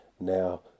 now